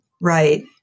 Right